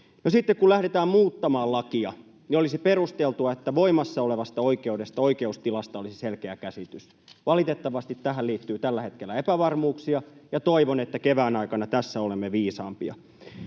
Sitten kun lähdetään muuttamaan lakia, olisi perusteltua, että voimassa olevasta oikeudesta, oikeustilasta, olisi selkeä käsitys. Valitettavasti tähän liittyy tällä hetkellä epävarmuuksia, ja toivon, että kevään aikana olemme tässä viisaampia.